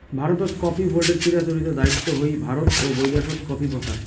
ভারতত কফি বোর্ডের চিরাচরিত দায়িত্ব হই ভারত ও বৈদ্যাশত কফি প্রচার